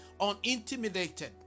unintimidated